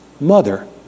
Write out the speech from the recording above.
mother